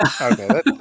Okay